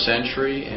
century